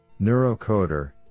NeuroCoder